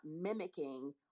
mimicking